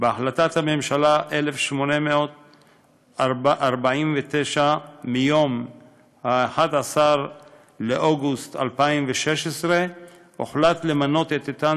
בהחלטת הממשלה 1849 מיום 11 באוגוסט 2016 הוחלט למנות את איתן